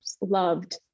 loved